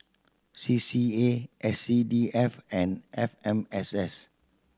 C C A S C D F and F M S S